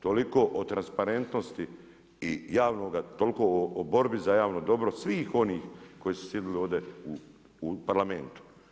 Toliko o transparentnosti i javnoga, toliko o borbi za javno dobro svih onih koji su sjedili ovdje u Parlamentu.